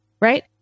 Right